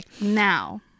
Now